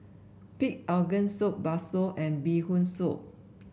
Pig Organ Soup bakso and Bee Hoon Soup